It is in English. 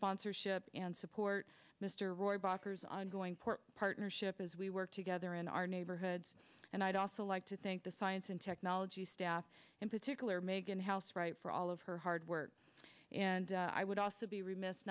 sponsorship and support mr roy boxer's ongoing port partnership as we work together in our neighborhoods and i'd also like to thank the science and technology staff in particular megan house right for all of her hard work and i would also be remiss